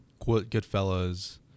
Goodfellas